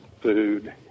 food